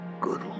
Good